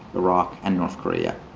iraq, and north korea.